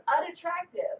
unattractive